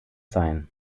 seien